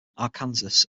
arkansas